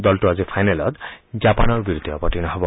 দলটো আজি ফাইনেলত জাপানৰ বিৰুদ্ধে অৱতীৰ্ণ হ'ব